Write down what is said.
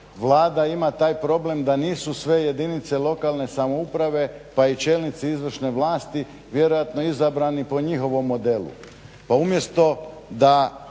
Vlada ima taj problem da nisu sve jedinice lokalne samouprave pa i čelnici izvršne vlasti vjerojatno izabrani po njihovom modelu.